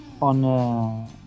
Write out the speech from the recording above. on